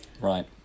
Right